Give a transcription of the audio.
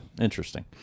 interesting